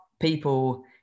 people